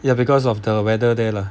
ya because of the weather there lah